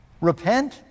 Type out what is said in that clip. repent